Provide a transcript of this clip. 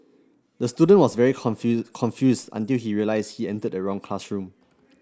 the student was very confused until he realised he entered the wrong classroom